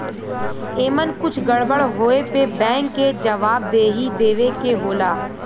एमन कुछ गड़बड़ होए पे बैंक के जवाबदेही देवे के होला